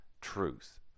truth